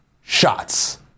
shots